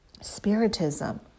Spiritism